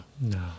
No